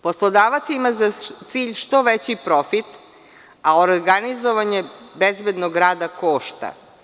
Poslodavac ima za cilj što veći profit, a organizovanje bezbednog rada košta.